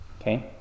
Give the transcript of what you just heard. Okay